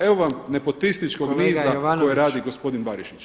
Evo vam nepotističkog niza koji radi gospodin Barišić.